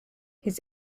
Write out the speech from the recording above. his